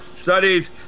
studies